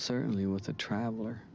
certainly with a traveler